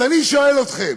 אז אני שואל אתכם,